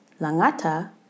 Langata